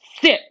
Sit